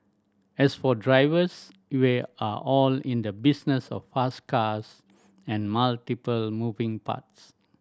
as for drivers we are all in the business of fast cars and multiple moving parts